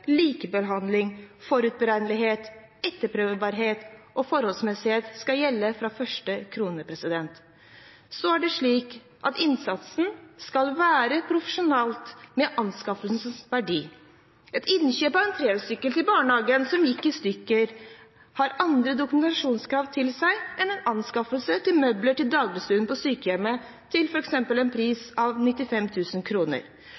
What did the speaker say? likebehandling, forutberegnelighet, etterprøvbarhet og forholdsmessighet skal gjelde fra første krone. Så er det slik at innsatsen skal være proporsjonal med anskaffelsens verdi. Innkjøp av en trehjulssykkel til barnehagen, hvis den forrige gikk i stykker, er det andre dokumentasjonskrav til enn anskaffelse av møbler til dagligstuen på sykehjemmet til en